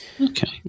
okay